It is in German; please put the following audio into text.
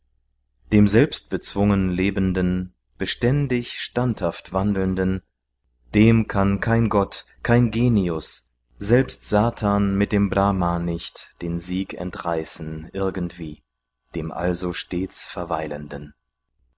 dem selbstbezwungen lebenden beständig standhaft wandelnden dem kann kein gott kein genius selbst satan mit dem brahm nicht den sieg entreißen irgendwie dem also stets verweilenden